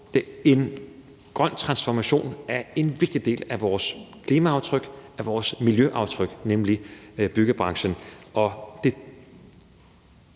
en grøn transformation af en vigtig del af vores klimaaftryk og vores miljøaftryk, nemlig byggebranchen.